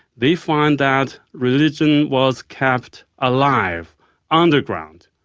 they find that religion was kept alive underground.